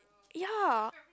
ya